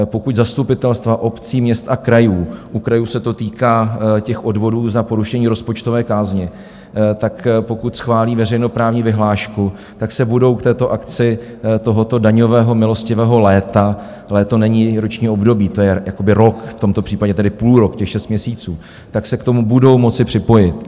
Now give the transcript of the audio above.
Pokud zastupitelstva obcí, měst a krajů u krajů se to týká těch odvodů za porušení rozpočtové kázně tak pokud schválí veřejnoprávní vyhlášku, tak se budou k této akci tohoto daňového milostivého léta léto není roční období, to je jakoby rok, v tomto případě tedy půlrok, těch šest měsíců tak se k tomu budou moci připojit.